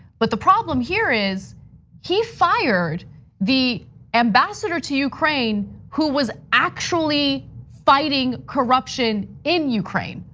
but the problem here is he fired the ambassador to ukraine who was actually fighting corruption in ukraine,